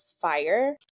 fire